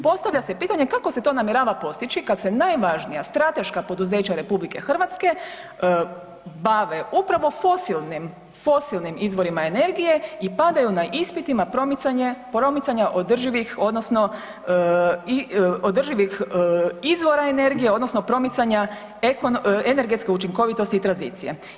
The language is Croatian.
Postavlja se pitanja kako se to namjerava postići kada se najvažnija strateška poduzeća Republike Hrvatske bave upravo fosilnim izvorima energije i padaju na ispitima promicanja održivih odnosno održivih izvora energije odnosno promicanja energetske učinkovitosti i tranzicije?